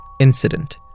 incident